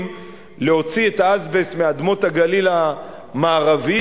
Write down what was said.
להוציא את האזבסט מאדמות הגליל המערבי,